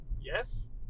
Yes